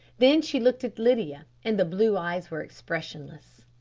then she looked at lydia, and the blue eyes were expressionless.